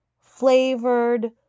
flavored